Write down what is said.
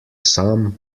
sam